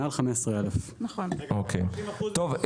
מעל 15,000. טוב.